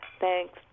Thanks